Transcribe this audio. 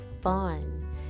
fun